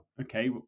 okay